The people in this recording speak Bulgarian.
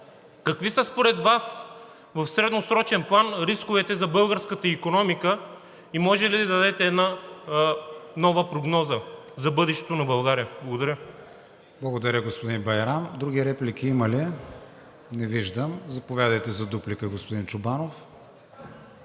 Какви са според Вас в средносрочен план рисковете за българската икономика и може ли да дадете нова прогноза за бъдещето на България? Благодаря. ПРЕДСЕДАТЕЛ КРИСТИАН ВИГЕНИН: Благодаря, господин Байрам. Други реплики има ли? Не виждам. Заповядайте за дуплика, господин Чобанов.